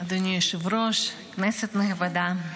אדוני היושב-ראש, כנסת נכבדה,